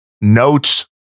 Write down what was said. notes